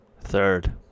third